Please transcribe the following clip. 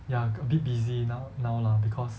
ya got a bit busy now now lah because